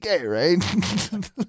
right